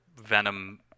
venom